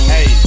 Hey